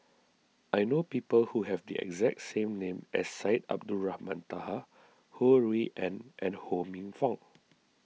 I know people who have the exact same name as Syed Abdulrahman Taha Ho Rui An and Ho Minfong